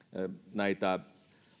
näitä